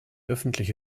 öffentliche